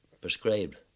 prescribed